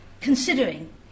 considering